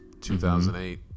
2008